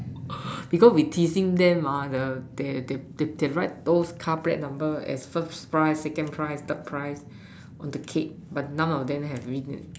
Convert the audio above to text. because we teasing them mah the they they write both the car number as first prize second prize third prize on the cake but none of them have win it